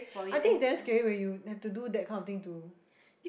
I think it's damn scary when you have to do that kind of thing to